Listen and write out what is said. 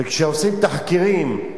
וכשעושים תחקירים,